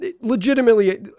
legitimately